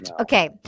Okay